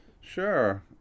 Sure